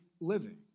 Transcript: living